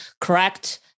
correct